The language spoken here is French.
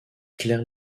claire